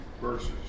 verses